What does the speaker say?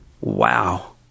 wow